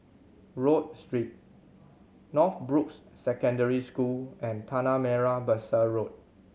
Rodyk Street Northbrooks Secondary School and Tanah Merah Besar Road